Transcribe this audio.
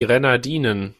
grenadinen